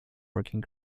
working